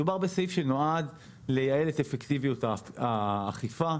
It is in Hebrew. מדובר בסעיף שנועד לייעל את אפקטיביות האכיפה,